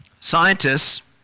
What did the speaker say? scientists